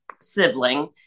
sibling